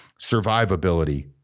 survivability